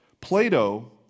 Plato